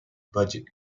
budget